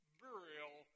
burial